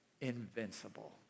invincible